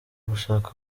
gushaka